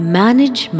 manage